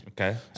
Okay